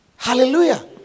Hallelujah